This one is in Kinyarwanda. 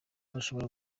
bashobora